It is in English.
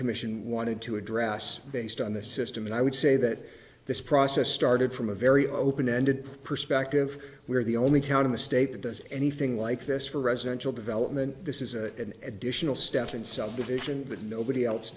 commission wanted to address based on the system and i would say that this process started from a very open ended perspective where the only town in the state that does anything like this for residential development this is an additional step in subdivision but nobody else